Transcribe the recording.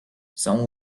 some